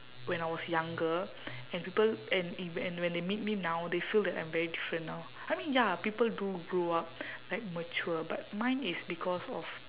when I was younger and people and if and when they meet me now they feel that I'm very different now I mean ya people do grow up like mature but mine is because of